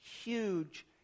huge